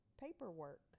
paperwork